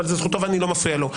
אבל זו זכותו ואני לא מפריע לו.